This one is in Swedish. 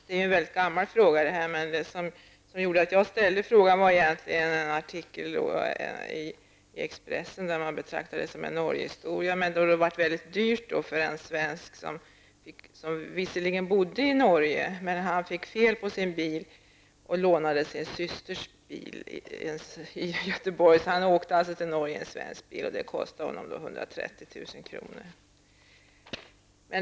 Detta är en mycket gammal fråga, men det som gjorde att jag ställde frågan var egentligen en artikel i Expressen där man betraktade detta som en Norgehistoria. Det blev mycket dyrt för den svensk som visserligen bodde i Norge men fick fel på sin bil och lånade sin systers bil i Göteborg. Han åkte alltså till Norge i en svensk bil, och det kostade honom 130 000 kr.